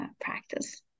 practice